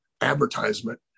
advertisement